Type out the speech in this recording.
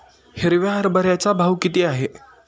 हिरव्या हरभऱ्याचा भाव किती आहे?